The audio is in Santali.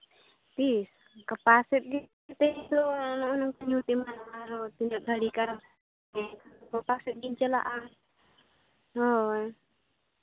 ᱛᱤᱥ ᱜᱟᱯᱟ ᱥᱮᱫ ᱜᱮ ᱱᱚᱜᱼᱚᱭ ᱱᱚᱝᱠᱟ ᱱᱚᱛᱮ ᱢᱟ ᱟᱨᱦᱚᱸ ᱛᱤᱱᱟᱹᱜ ᱜᱷᱟᱹᱲᱤ ᱠᱟᱨᱚᱱ ᱦᱮᱸ ᱜᱟᱯᱟ ᱥᱮᱫ ᱜᱤᱧ ᱪᱟᱞᱟᱜᱼᱟ ᱦᱳᱭ